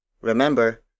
Remember